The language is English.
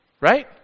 right